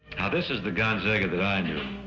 now this is the gonzaga that i knew.